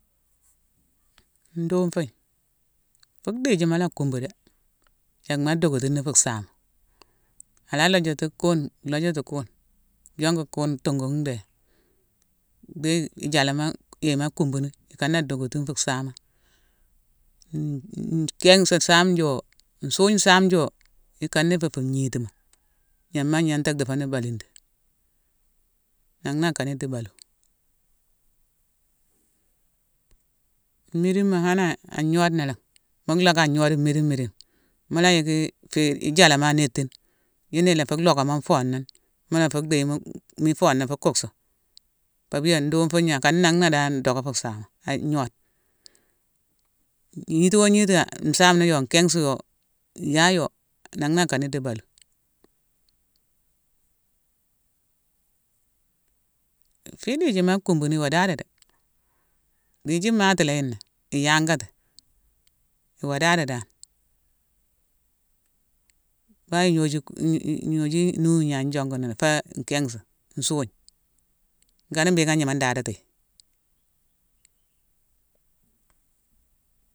Ndufugna, fu dhijimala kumbu dé, yeckma a dokutuni fu saama. Ala lojati kune, lojati kune, yoncku kune tongoghu dé, deyi i jalama yéma kumbuni, i kan na dokutuni dokutuni fu saama. gingh sa same joo, nsuugna same joo, i kan na i fé fu ngnitima yinghma gnanta diffoni baluudi. Nan na akan di balu. Mmidima, hanaa-a- ngnode la, mu loo ka ngnode midine-midine, mula yicki-i fii i jalama a nettine. Yun na ilafu lockamo nfona, mulafu deyi-mu-mi fona fu kucksu. Papia ndufugna akan nan na dan docka fu saama agnode. Gnitiwo-ngniti-a-nsamni yo: nkinghsi yo, yaa yo, nan na akan di balu. Fi dhijima kumbu, iwo daado dé. Dhijima imati layi né, iyangati, iwo daado dan. Bay ignoju ku-i-i-i-ignoju-i-nu ya yune njonguni fa nkinghsi, nsuugna. Nkan na mbhiiké agnama ndadatiyi.